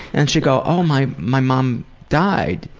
and she'll go, oh, my my mom died.